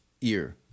ear